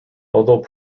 although